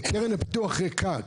קרן הפיתוח ריקה,